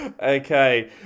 Okay